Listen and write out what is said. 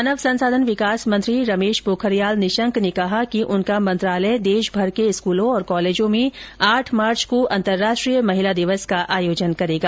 मानव संसाधन विकास मंत्री रमेश पोखरियाल निशंक ने कहा कि उनका मंत्रालय देशभर के स्कूलों और कॉलेजों में आठ मार्च को अंतराष्ट्रीय महिला दिवस का आयोजन करेगा